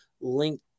link